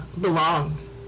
belong